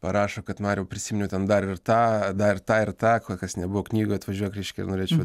parašo kad mariau prisiminiau ten dar ir tą dar tą ir tą ko kas nebuvo knygoj atvažiuok reiškia ir norėčiau